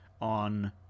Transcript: on